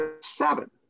seven